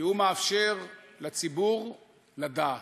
כי הוא מאפשר לציבור לדעת.